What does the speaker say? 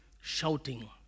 shouting